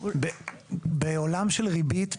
בעולם של ריבית,